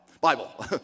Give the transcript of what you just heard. Bible